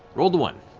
rolled a one.